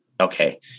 Okay